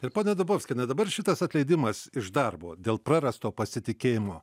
ir pone dubovskiene dabar šitas atleidimas iš darbo dėl prarasto pasitikėjimo